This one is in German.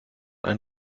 ein